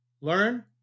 learn